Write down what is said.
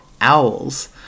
owls